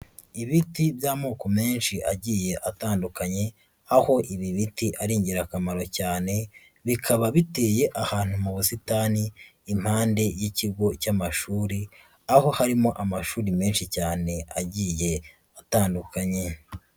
Ibiti by'amoko menshi agiye atandukanye, aho ibi biti ari ingirakamaro cyane, bikaba biteye ahantu mu busitani impande y'ikigo cy'amashuri, aho harimo amashuri menshi cyane agiye atandukanye.